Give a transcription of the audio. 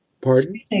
Pardon